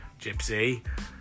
Gypsy